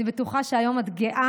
אני בטוחה שהיום את גאה,